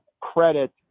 credit